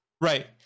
Right